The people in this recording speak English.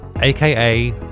aka